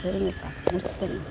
சரிங்கப்பா முடிச்ட்டேன்